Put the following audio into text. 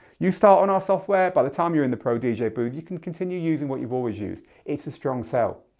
you start on our software, by the time you're in the pro dj booth, you can continue using what you've always used. it's a strong sale.